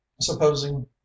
supposing